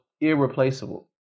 irreplaceable